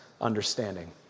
understanding